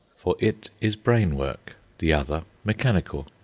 for it is brain-work the other mechanical.